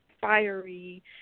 fiery